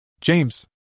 James